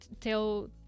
tell